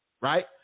right